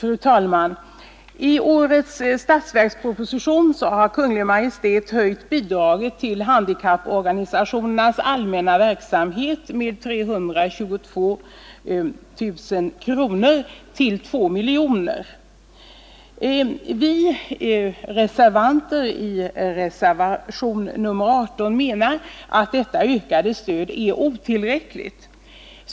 Fru talman! I årets statsverksproposition har Kungl. Maj:t höjt bidraget till handikapporganigastionernas allmänna verksamhet med 322 000 kronor till 2 miljoner kronor. Vi som reserverat oss i reservationen 18 anser att även detta stöd är otillräckligt.